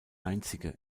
einzige